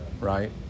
Right